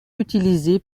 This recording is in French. utilisé